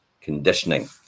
conditioning